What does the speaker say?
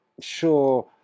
sure